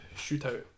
shootout